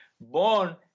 born